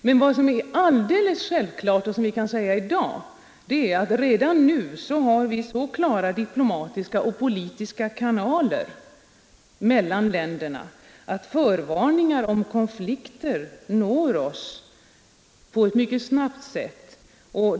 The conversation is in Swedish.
Men alldeles självklart är att vi redan nu har så klara diplomatiska och politiska kanaler mellan länderna att förvarningar om konflikter når oss mycket snabbt.